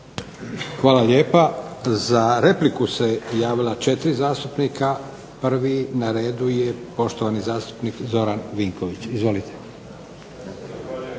Hvala lijepa. Za repliku se javila četiri zastupnika. Prvi na redu je poštovani zastupnik Zoran Vinković. Izvolite.